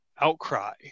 outcry